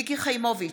מיקי חיימוביץ'